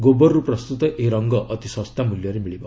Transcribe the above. ଗୋବରରୁ ପ୍ରସ୍ତୁତ ଏହି ରଙ୍ଗ ଅତି ଶସ୍ତା ମଲ୍ୟରେ ମିଳେ